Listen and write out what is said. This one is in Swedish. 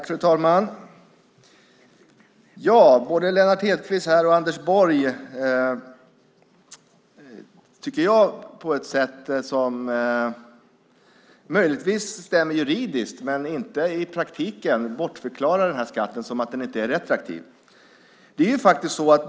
Fru talman! Jag tycker att både Lennart Hedquist och Anders Borg på ett sätt som möjligtvis stämmer juridiskt men inte i praktiken bortförklarar den här skatten som att den inte är retroaktiv.